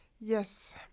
yes